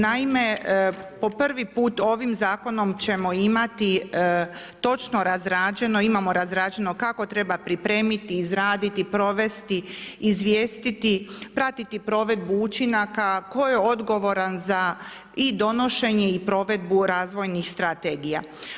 Naime, po prvi put ovim zakonom ćemo imati točno razrađeno, imamo razrađeno kako treba pripremiti, izraditi, provesti izvijestiti, pratiti provedbu učinaka, tko je odgovoran za i donošenje i provedbu razvojnih strategija.